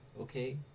Okay